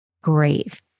grave